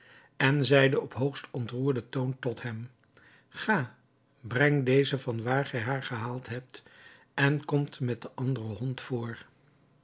en zeide op hoogst ontroerden toon tot hem ga breng deze van waar gij haar gehaald hebt en komt met de andere hond voor